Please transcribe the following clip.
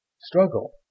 struggle